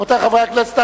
רבותי חברי הכנסת,